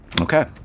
Okay